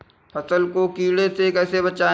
फसल को कीड़ों से कैसे बचाएँ?